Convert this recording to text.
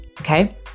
okay